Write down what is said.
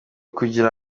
kugira